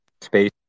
space